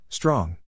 Strong